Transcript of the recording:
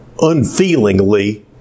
unfeelingly